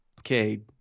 Okay